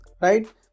right